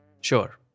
Sure।